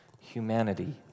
humanity